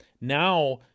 now